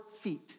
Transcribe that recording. feet